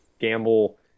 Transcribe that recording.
gamble